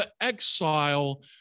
exile